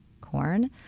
Corn